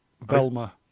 velma